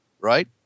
Right